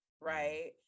Right